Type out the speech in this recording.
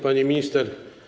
Pani Minister!